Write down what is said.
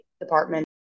department